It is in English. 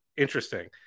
Interesting